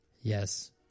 Yes